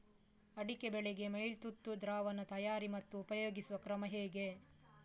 ಅಡಿಕೆ ಬೆಳೆಗೆ ಮೈಲುತುತ್ತು ದ್ರಾವಣ ತಯಾರಿ ಮತ್ತು ಉಪಯೋಗಿಸುವ ಕ್ರಮ ಹೇಗೆ?